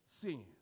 sin